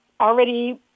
already